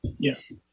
Yes